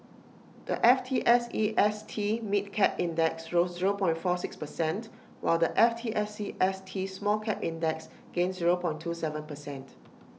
the F T S E S T mid cap index rose zero point four six percent while the F T S E S T small cap index gained zero point two Seven percent